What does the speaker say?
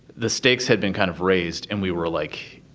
the stakes had been kind of raised. and we were, like,